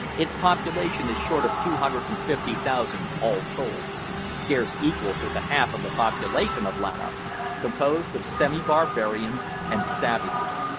its population is short of two hundred and fifty thousand all told scarce equal to the half of the population of lanark composed of semi-barbarians and savages.